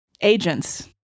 agents